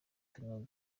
turimo